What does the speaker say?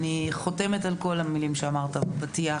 אני חותמת על כל המילים שאמרת בפתיח.